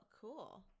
cool